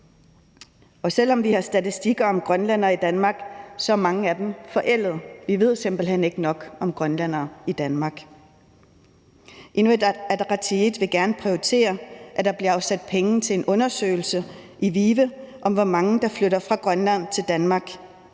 Og selv om vi har statistikker om grønlændere i Danmark, er mange af dem forældede. Vi ved simpelt hen ikke nok om grønlændere i Danmark. Inuit Ataqatigiit vil gerne prioritere, at der bliver afsat penge til en undersøgelse i VIVE om, hvor mange der flytter fra Grønland til Danmark,